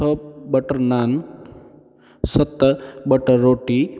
छह बटर नान सत बटर रोटी